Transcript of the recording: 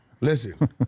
Listen